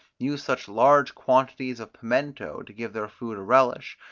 use such large quantities of piemento to give their food a relish,